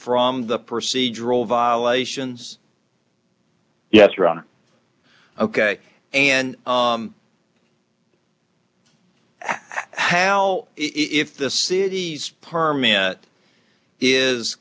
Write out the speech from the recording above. from the procedural violations yes ron ok and how if the city's permit is